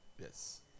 Yes